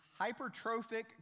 hypertrophic